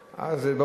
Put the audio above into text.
אבל זה החוק.